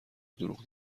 دروغ